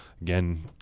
Again